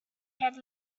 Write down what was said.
had